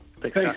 Thanks